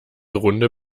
runde